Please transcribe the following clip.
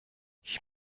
ich